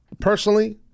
Personally